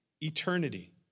eternity